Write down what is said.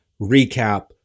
recap